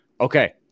okay